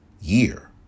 Year